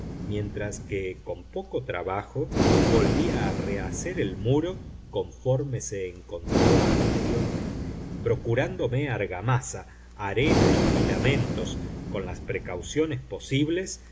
mientras que con poco trabajo volvía a rehacer el muro conforme se encontraba anteriormente procurándome argamasa arena y filamentos con las precauciones posibles